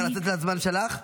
את רוצה לתת מהזמן שלך?